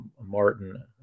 Martin